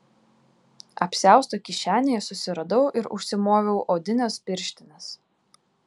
apsiausto kišenėje susiradau ir užsimoviau odines pirštines